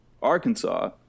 arkansas